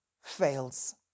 fails